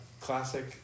classic